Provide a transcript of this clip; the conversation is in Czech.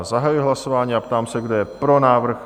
Zahajuji hlasování a ptám se, kdo je pro návrh?